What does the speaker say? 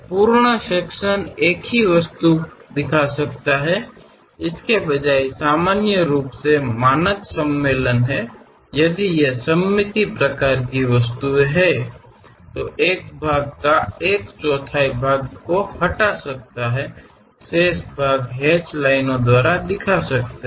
ಪೂರ್ಣ ವಿಭಾಗವನ್ನು ಒಂದೇ ವಸ್ತುವನ್ನು ತೋರಿಸಬಹುದು ಆ ಸಾಮಾನ್ಯ ಬದಲು ಪ್ರಮಾಣಿತ ಸಮಾವೇಶ ಇವುಗಳು ಸಮ್ಮಿತೀಯ ರೀತಿಯ ವಸ್ತುಗಳಾಗಿದ್ದರೆ ಕಾಲು ಭಾಗದಷ್ಟು ಅದನ್ನು ತೆಗೆದುಹಾಕಬಹುದು ಉಳಿದ ಭಾಗವನ್ನು ಹ್ಯಾಚ್ ರೇಖೆಗಳ ಮೂಲಕ ತೋರಿಸಬಹುದು